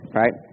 right